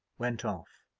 went off,